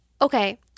Okay